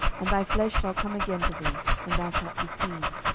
and thy flesh shall come again to thee, and thou shalt be clean.